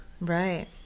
right